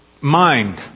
mind